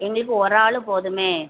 எங்களுக்கு ஒரு ஆள் போதுமே